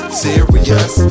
serious